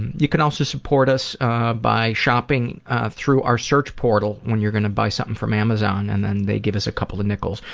you can also support us by shopping through our search portal when you're gonna buy something from amazon, and then they give us a couple of nickels.